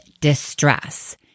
distress